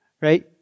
right